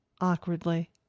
awkwardly